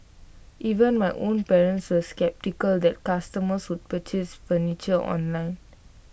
even my own parents were sceptical that customers would purchase furniture online